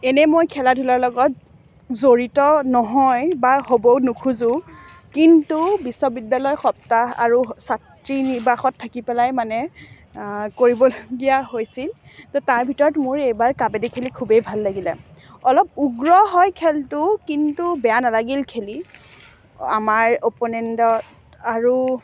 এনেই মই খেলা ধূলাৰ লগত জড়িত নহয় বা হ'বও নোখোজো কিন্তু বিশ্ববিদ্যালয় সপ্তাহ আৰু ছাত্ৰী নিবাসত থাকি পেলাই মানে কৰিব লগীয়া হৈছিল তো তাৰ ভিতৰত মোৰ এইবাৰ কাবাডী খেলি খুবেই ভাল লাগিলে অলপ উগ্ৰ হয় খেলটো কিন্তু বেয়া নালাগিল খেলি আমাৰ অপনেণ্টত আৰু